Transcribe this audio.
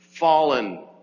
fallen